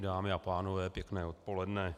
Dámy a pánové, pěkné odpoledne.